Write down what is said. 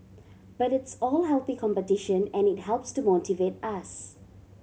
but it's all healthy competition and it helps to motivate us